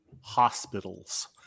hospitals